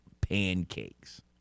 pancakes